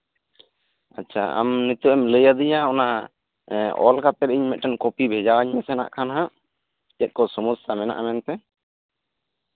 ᱟᱪᱪᱷᱟ ᱟᱢ ᱱᱤᱛᱚᱜ ᱮᱢ ᱞᱟᱹᱭ ᱟᱹᱫᱤᱧᱟ ᱚᱱᱟ ᱚᱞ ᱠᱟᱛᱮᱜ ᱢᱤᱫᱴᱟᱱ ᱠᱚᱯᱤ ᱵᱷᱮᱡᱟ ᱟᱹᱧ ᱢᱮᱜ ᱠᱷᱟᱱ ᱦᱟᱜ ᱪᱮᱫ ᱠᱚ ᱥᱚᱢᱚᱥᱥᱟ ᱢᱮᱱᱟᱜᱼᱟ ᱢᱮᱱᱛᱮ